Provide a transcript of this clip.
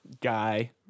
guy